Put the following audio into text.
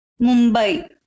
Mumbai